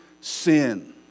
sin